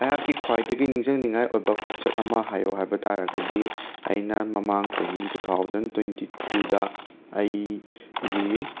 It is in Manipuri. ꯑꯩꯍꯥꯛꯀꯤ ꯈ꯭ꯋꯥꯏꯗꯒꯤ ꯅꯤꯡꯁꯤꯡꯅꯤꯡꯉꯥꯏ ꯑꯣꯏꯕ ꯈꯣꯡꯆꯠ ꯑꯃ ꯍꯥꯏꯌꯣ ꯍꯥꯏꯕ ꯇꯥꯔꯒꯗꯤ ꯑꯩꯅ ꯃꯃꯥꯡ ꯆꯍꯤ ꯇꯨ ꯊꯥꯎꯖꯟ ꯇꯣꯏꯟꯇꯤ ꯇꯨꯗ ꯑꯩꯒꯤ